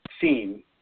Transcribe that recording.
Theme